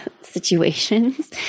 situations